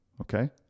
Okay